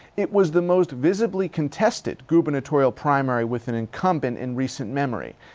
it was the most visibly contested gubernatorial primary with an incumbent in recent memory.